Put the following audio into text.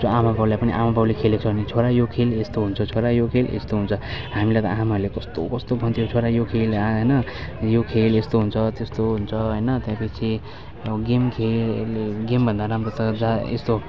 आमा बाउलाई पनि आमा बाउले खेलेको छ भने छोरा यो खेल यस्तो हुन्छ छोरा यो खेल यस्तो हुन्छ हामीलाई त आमाले कस्तो कस्तो भन्थ्यो छोरा यो खेल होइन यो खेल यस्तो हुन्छ त्यस्तो हुन्छ होइन त्यहाँदेखि गेम खेल गेमभन्दा राम्रो त जा यस्तो